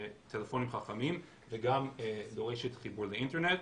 טלפונים חכמים וגם דורשת חיבור לאינטרנט.